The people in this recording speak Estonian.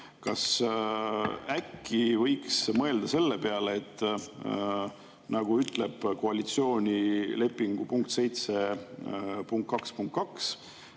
Kas äkki võiks mõelda selle peale, nagu ütleb koalitsioonilepingu punkt 7.2.2: